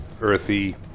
earthy